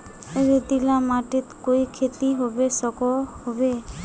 रेतीला माटित कोई खेती होबे सकोहो होबे?